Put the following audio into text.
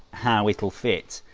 how it'll fit,